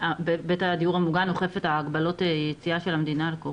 בית הדיור המוגן אוכף את הגבלות היציאה של המדינה על קורונה?